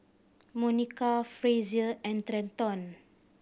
Monica Frazier and Trenton